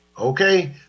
Okay